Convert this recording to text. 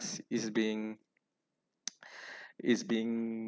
s~ is being is being